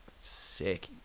sick